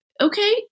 okay